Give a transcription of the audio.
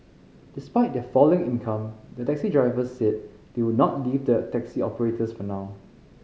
despite their falling income the taxi drivers said they would not leave the taxi operators for now